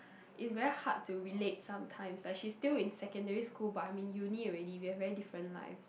it's very hard to relate sometimes like she's still in secondary school but I'm in uni already we have very different lives